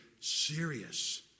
serious